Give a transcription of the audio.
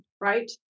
right